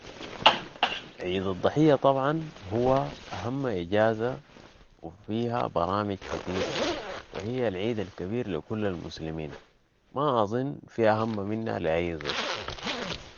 عيد الضحية طبعاً هو أهم إجازة و فيها برامج كتيرة و هي العيد الكبير لكل المسلمين ، ما اظن في أهم منها لأي زول